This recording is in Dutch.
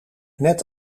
net